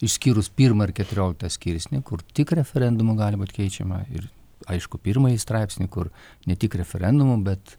išskyrus pirmą ir keturioliktą skirsnį kur tik referendumu gali būt keičiama ir aišku pirmąjį straipsnį kur ne tik referendumu bet